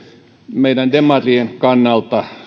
meidän demarien kannalta